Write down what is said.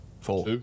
Four